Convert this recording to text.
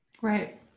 Right